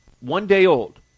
one-day-old